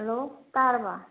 hello ꯇꯥꯔꯕ